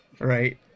Right